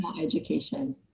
education